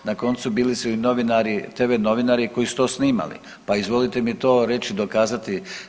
Na koncu bili su i novinari, tv novinari koji su to snimali pa izvolite mi to reći, dokazati.